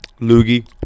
loogie